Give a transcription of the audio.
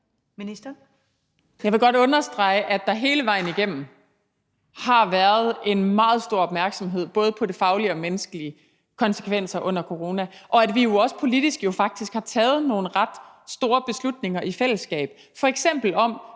Jeg vil godt understrege, at der hele vejen igennem har været en meget stor opmærksomhed både på de faglige og de menneskelige konsekvenser under corona, og at vi også politisk faktisk har taget nogle ret store beslutninger i fællesskab, f.eks. om